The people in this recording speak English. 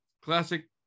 classic